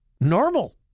normal